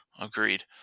Agreed